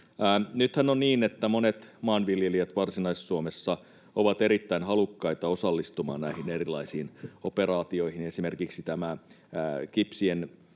Nythän on niin, että monet maanviljelijät Varsinais-Suomessa ovat erittäin halukkaita osallistumaan näihin erilaisiin operaatioihin. Esimerkiksi kipsin